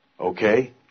Okay